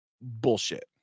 bullshit